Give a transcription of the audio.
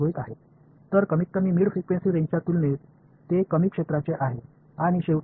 எனவே அவை குறைந்தபட்சம் இடைநிலை அதிர்வெண் வரம்போடு ஒப்பிடும்போது குறுகிய வரம்பாகும்